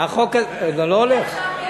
אל תלך,